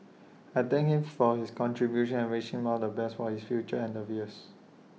I thank him for his contributions and wish him all the best for his future endeavours